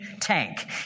tank